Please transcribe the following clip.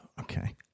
Okay